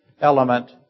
element